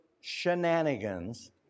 shenanigans